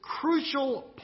crucial